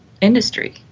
industry